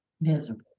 miserable